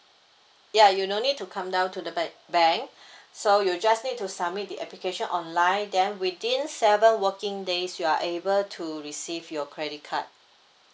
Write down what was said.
ya you no need to come down to the bank so you just need to submit the application online then within seven working days you are able to receive your credit card